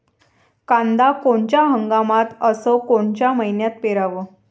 कांद्या कोनच्या हंगामात अस कोनच्या मईन्यात पेरावं?